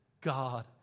God